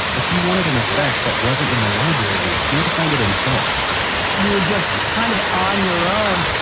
if he wanted an effect that wasn't in the library, he had to find it himself you were just kind of on your own.